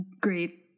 great –